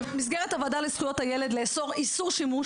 במסגרת הוועדה לזכויות הילד לאסור איסור שימו,